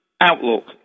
outlook